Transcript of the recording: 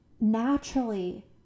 naturally